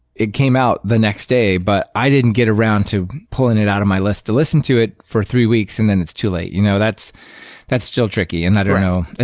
it came out the next day, but i didn't get around to pulling it out of my list to listen to it for three weeks and then it's too late. you know that's that's still tricky, and i don't know.